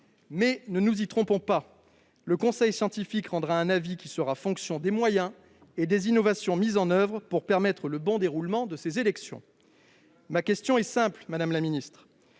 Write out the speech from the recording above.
ne nous y trompons pas : le conseil scientifique rendra un avis qui sera fonction des moyens et des innovations mis en oeuvre pour permettre le bon déroulement de ces élections. Ma question est simple, madame la ministre